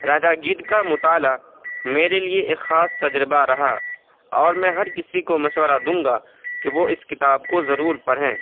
راجا گدھ کا مطالعہ میرے لیے ایک خاص تجربہ رہا اور میں ہر کسی کو مشورہ دوں گا کہ وہ اس کتاب کو ضرور پڑھیں